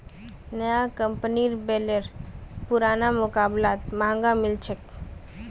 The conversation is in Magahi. नया कंपनीर बेलर पुरना मुकाबलात महंगा मिल छेक